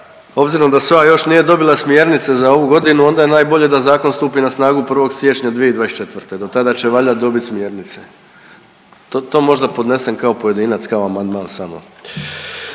obzirom da SOA još nije dobila smjernice za ovu godinu onda najbolje da zakon stupi na snagu 1. siječnja 2024., do tada će valjda dobit smjernice. To možda podnesem kao pojedinac kao amandman samo,